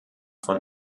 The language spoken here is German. von